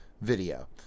video